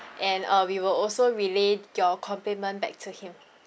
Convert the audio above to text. and uh we will also relay your compliment back to him